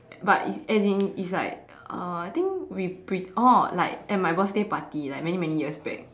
but is as in it's like uh I think we pretend oh like at my birthday party like many many years back